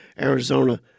Arizona